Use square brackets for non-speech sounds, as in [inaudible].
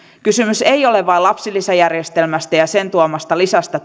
kysymys ei ole vain lapsilisäjärjestelmästä ja sen tuomasta toimeentulon lisästä [unintelligible]